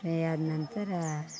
fry ಆದ ನಂತರ